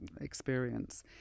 experience